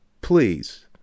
please